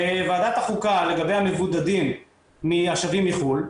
בוועדת החוקה לגבי המבודדים מהשבים מחו"ל,